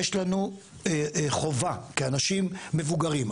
יש לנו חובה כאנשים מבוגרים,